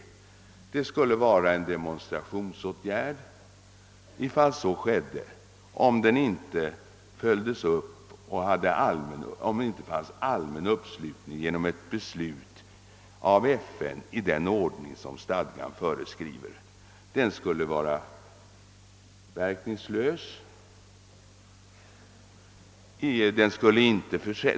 En blockad skulle nämligen innebära en demonstration, om det inte fanns allmän uppslutning kring åtgärden genom ett beslut av FN i den ordning som stadgan föreskriver. Den skulle också vara verkningslös.